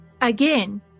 Again